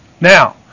now